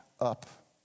up